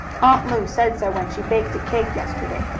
aunt lu said so when she baked a cake yesterday.